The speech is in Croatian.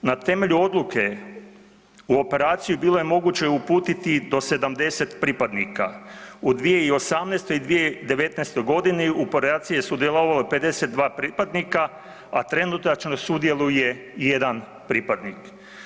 Na temelju odluke u operaciju bilo je moguće uputiti do 70 pripadnika u 2018., 2019. u operaciji je sudjelovalo 52 pripadnika, a trenutačno sudjeluje jedan pripadnik.